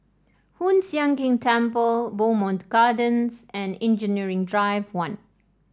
Hoon Sian Keng Temple Bowmont Gardens and Engineering Drive One